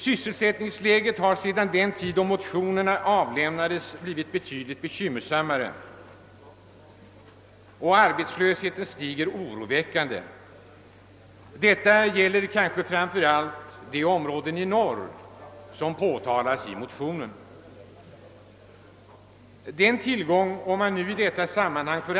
Sysselsättningsläget har emellertid sedan dess blivit betydligt bekymmersammare och arbetslösheten har stigit oroväckande. Detta gäller kanske framför allt de områden i norra Sverige som behandlas i motionerna.